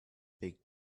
big